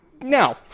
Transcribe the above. no